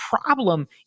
problem